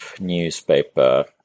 newspaper